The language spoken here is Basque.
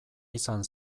izan